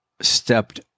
stepped